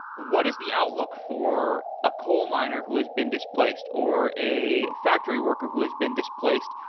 what is the outlook for a coal miner who has been displaced or a factory worker who has been displaced?